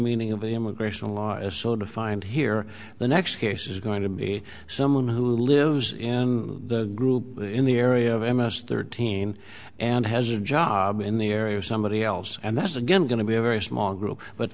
meaning of the immigration laws so defined here the next case is going to be someone who lives in the group in the area of m s thirteen and has a job in the area or somebody else and that's again going to be a very small group but